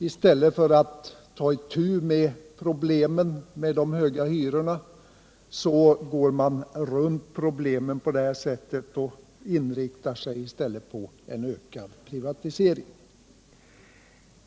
I stället för att ta itu med problemen med de höga hyrorna försöker man på detta sätt gå runt dem och inriktar sig på en ökad privatisering.